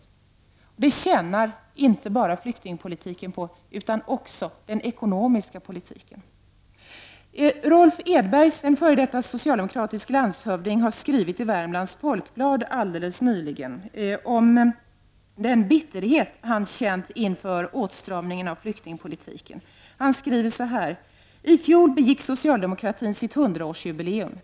Det tjänar inte bara flyktingpolitiken på, utan också den ekonomiska politiken. Rolf Edberg, en f.d. socialdemokratisk landshövding, har nyligen skrivit i Värmlands Folkblad om den bitterhet han känt inför åtstramningen av flyktingpolitiken: ”I fjol begick socialdemokratin sitt 100-årsjubileum.